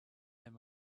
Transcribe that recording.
him